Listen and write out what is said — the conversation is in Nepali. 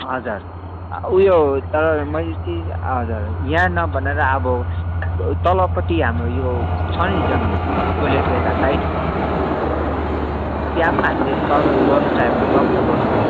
हजुर उयो तर मैले चाहिँ हजुर यहाँ नबनाएर अब तलपट्टि हाम्रो यो छ नि जमिन टोइलेटको यता साइड त्यहाँ पनि हामीले सर गर्नु चाह्यो भने सक्छ बनाउनु